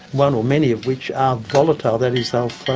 one or many of which are volatile, that is they'll